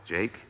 Jake